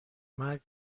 مرگ